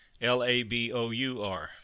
l-a-b-o-u-r